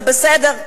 זה בסדר.